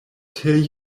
tell